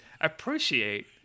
Appreciate